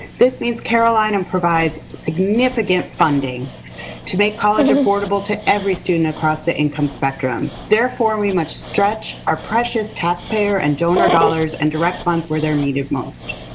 this means carolina and provides significant funding to make college affordable to every student across the income spectrum. therefore, we must stretch our precious taxpayer and donor dollars and direct funds where they're needed most.